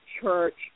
church